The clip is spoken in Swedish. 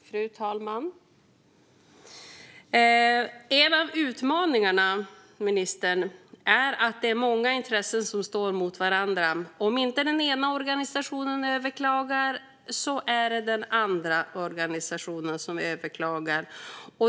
Fru talman! En av utmaningarna, ministern, är att det är många intressen som står mot varandra. Om inte den ena organisationen överklagar är det den andra organisationen som överklagar.